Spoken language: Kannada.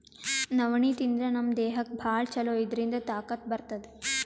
ನವಣಿ ತಿಂದ್ರ್ ನಮ್ ದೇಹಕ್ಕ್ ಭಾಳ್ ಛಲೋ ಇದ್ರಿಂದ್ ತಾಕತ್ ಬರ್ತದ್